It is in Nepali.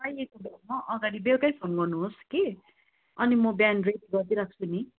चाहिएको बेलामा अगाडि बेलुकै फोन गर्नुहोस् कि अनि म बिहान रेडी गरिदिइराख्छु नि